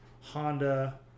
honda